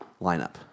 lineup